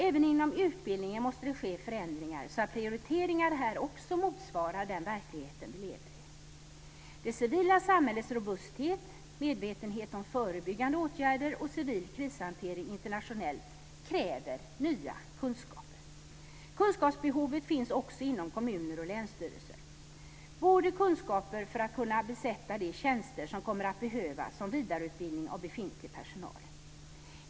Även inom utbildningen måste det ske förändringar så att prioriteringar här också motsvarar den verklighet som vi lever i. Det civila samhällets robusthet, medvetenheten om förebyggande åtgärder och civil krishantering internationellt kräver nya kunskaper. Kunskapsbehovet finns också inom kommuner och länsstyrelser, när det gäller såväl kunskaper för att kunna besätta de tjänster som kommer att behövas som vidareutbildning av befintlig personal.